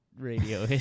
radio